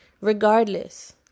regardless